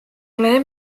ole